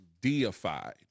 deified